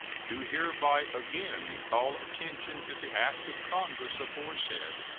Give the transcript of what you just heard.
do hereby again call attention to the act of congress aforesaid,